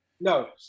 no